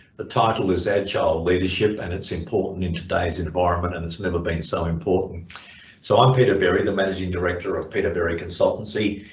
the title is agile leadership and it's important in today's environment and it's never been so important so i'm peter berry the managing director of peter berry consultancy.